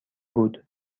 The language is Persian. بود